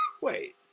Wait